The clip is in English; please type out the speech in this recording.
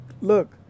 look